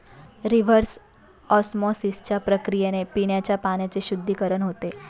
reverse ऑस्मॉसिसच्या प्रक्रियेने पिण्याच्या पाण्याचे शुद्धीकरण होते